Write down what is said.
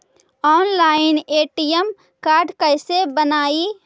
Online ATM card कैसे बनाई?